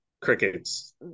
crickets